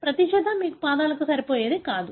ప్రతి జత మీ పాదాలకు సరిపోయేది కాదు